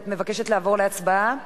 את מבקשת לעבור להצבעה?